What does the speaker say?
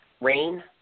Rain